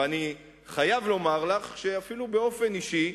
ואני חייב לומר לך, שאפילו באופן אישי,